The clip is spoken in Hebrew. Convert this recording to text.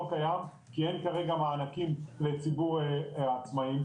קיים כי אין כרגע מענקים לציבור העצמאים,